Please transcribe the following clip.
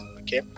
okay